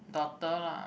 daughter lah